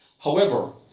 however,